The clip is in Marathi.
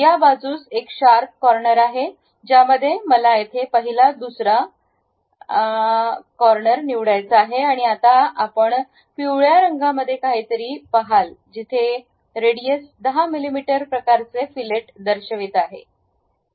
या बाजूस एक शार्प कॉर्नर आहे ज्यामध्ये मला येथे पहिला आणि दुसरा दुसरा निवडायचा आहे आणि आता आपण पिवळ्या रंगासारखे काहीतरी पहाल जिथे रेडियस 10 मिमी प्रकारचे फिलेट दर्शवित आहेत